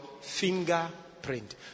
fingerprint